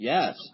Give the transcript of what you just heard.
Yes